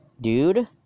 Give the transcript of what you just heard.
Dude